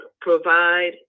provide